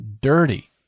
dirty